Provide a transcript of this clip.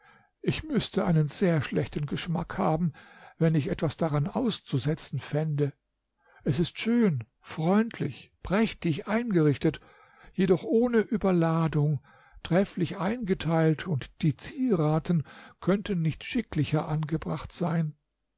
ich müßte einen sehr schlechten geschmack haben wenn ich etwas daran auszusetzen fände es ist schön freundlich prächtig eingerichtet jedoch ohne überladung trefflich eingeteilt und die zierraten könnten nicht schicklicher angebracht sein